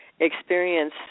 experience